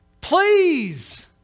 please